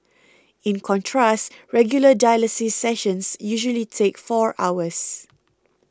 in contrast regular dialysis sessions usually take four hours